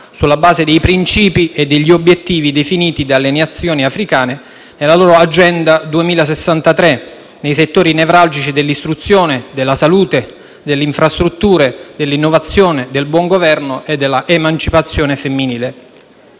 sulla base dei princìpi e degli obiettivi definiti dalle Nazioni africane nella loro agenda 2063, nei settori nevralgici dell'istruzione, della salute, delle infrastrutture, dell'innovazione, del buon governo e della emancipazione femminile.